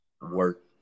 work